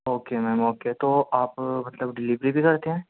okay ma'am okay تو آپ مطلب ڈلیوری بھی کرتے ہیں